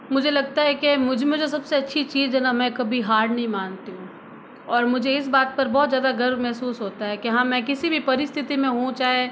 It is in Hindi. मुझे लगता है कि मुझमें जो सबसे अच्छी चीज़ है ना मैं कभी हार नहीं मानती हूँ और मुझे इस बात पर बहुत ज़्यादा गर्व महसूस होता है कि हाँ मैं किसी भी परिस्थिति में हूँ चाहे